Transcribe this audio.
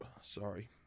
Sorry